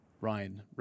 Ryan